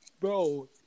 Bro